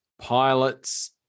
pilots